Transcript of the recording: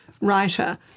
writer